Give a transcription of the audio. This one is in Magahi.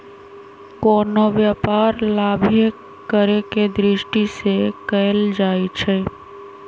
कोनो व्यापार लाभे करेके दृष्टि से कएल जाइ छइ